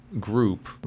group